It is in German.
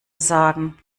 sagen